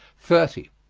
thirty.